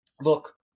Look